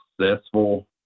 successful